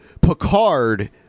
Picard